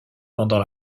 pendant